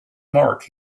mark